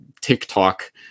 TikTok